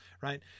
right